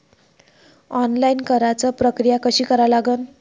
Online कराच प्रक्रिया कशी करा लागन?